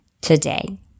Today